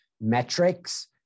metrics